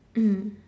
mm